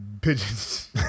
pigeons